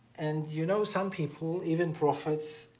and you know some people, even prophets,